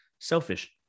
selfish